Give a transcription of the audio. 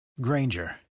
Granger